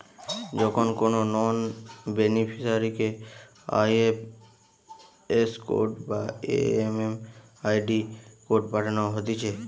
যখন কোনো নন বেনিফিসারিকে আই.এফ.এস কোড বা এম.এম.আই.ডি কোড পাঠানো হতিছে